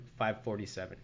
547